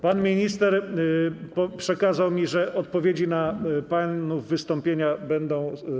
Pan minister przekazał mi, że odpowiedzi na panów wystąpienia będą.